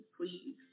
please